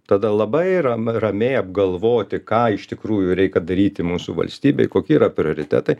tada labai ram ramiai apgalvoti ką iš tikrųjų reikia daryti mūsų valstybėj koki yra prioritetai